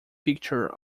picture